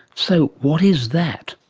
so what is that?